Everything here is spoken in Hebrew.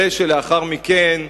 הרי שלאחר מכן,